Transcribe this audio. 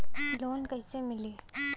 Loan कईसे मिली?